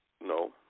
no